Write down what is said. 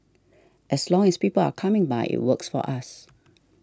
as long as people are coming by it works for us